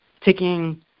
taking